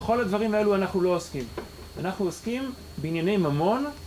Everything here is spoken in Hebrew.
בכל הדברים האלו אנחנו לא עוסקים, אנחנו עוסקים בענייני ממון